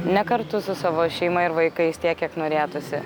ne kartu su savo šeima ir vaikais tiek kiek norėtųsi